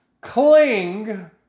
cling